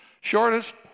Shortest